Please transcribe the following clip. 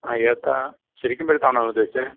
ആ എത്രയാണ് ശരിക്കും പഴുത്തതാണോ ഉദ്ദേശിച്ചത്